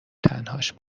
تنهاش